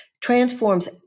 transforms